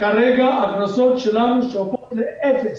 כרגע ההכנסות שלנו שואפות לאפס.